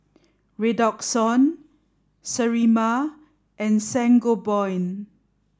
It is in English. Redoxon Sterimar and Sangobion